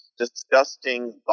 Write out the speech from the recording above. Disgusting